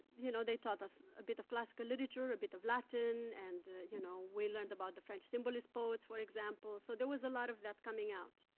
you know, they taught us a bit of classical literature, a bit of latin, and you know, we learned about the french symbolist poets, for example. so, there was a lot of that coming out.